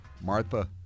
Martha